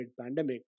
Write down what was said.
pandemic